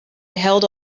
huilde